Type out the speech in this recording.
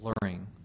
blurring